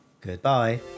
goodbye